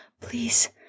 Please